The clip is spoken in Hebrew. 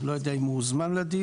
אני לא יודע אם הוא הוזמן לדיור,